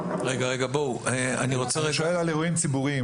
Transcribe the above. אני שואל על אירועים ציבוריים,